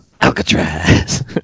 Alcatraz